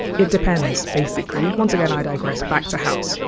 it depends basically. once again, i digress back to house.